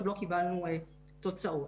עוד לא קיבלנו תוצאות.